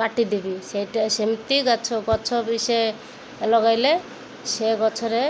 କାଟିଦେବି ସେଟା ସେମିତି ଗଛ ଗଛ ବିି ସେ ଲଗାଇଲେ ସେ ଗଛରେ